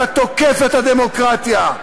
אתה תוקף את הדמוקרטיה.